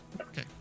Okay